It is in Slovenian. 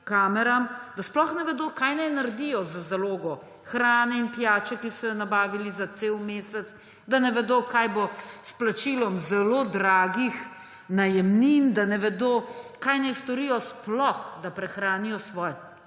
da sploh ne vedo, kaj naj naredijo z zalogo hrane in pijače, ki so jo nabavili za cel mesec, da ne vedo, kaj bo s plačilom zelo dragih najemnin, da ne vedo, kaj naj storijo sploh, da prehranijo svoje